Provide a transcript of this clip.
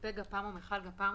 סיפק גפ"מ או מכל גפ"מ,